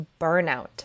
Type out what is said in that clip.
burnout